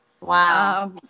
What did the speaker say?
Wow